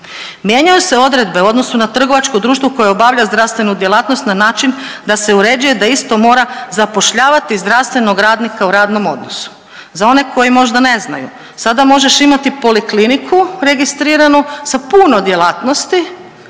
Mijenjaju se odredbe u odnosu na trgovačko društvo koje obavlja zdravstvenu djelatnost na način da se uređuje da isto mora zapošljavati zdravstvenog radnika u radnom odnosu. Za one koji možda ne znaju, sada možeš imati polikliniku registriranu sa puno djelatnosti